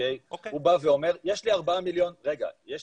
הוא בא ואומר: יש לי ארבעה מיליון שקל,